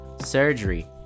surgery